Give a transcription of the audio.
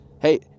hey